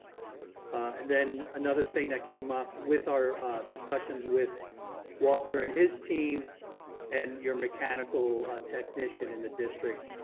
and then another thing that came up with our discussions with walter and his team and your mechanical technician in the district,